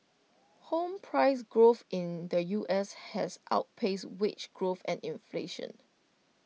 home price growth in the U S has outpaced wage growth and inflation